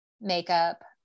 makeup